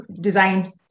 design